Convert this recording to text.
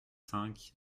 cinq